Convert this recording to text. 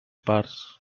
parts